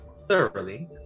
thoroughly